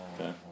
okay